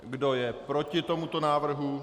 Kdo je proti tomuto návrhu?